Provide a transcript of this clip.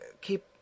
keep